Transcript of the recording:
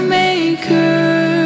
maker